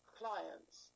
clients